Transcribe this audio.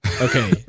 Okay